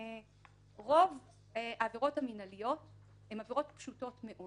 רוב העבירות המינהליות הן עבירות פשוטות מאוד